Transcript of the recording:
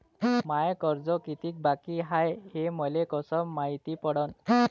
माय कर्ज कितीक बाकी हाय, हे मले कस मायती पडन?